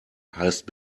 heißt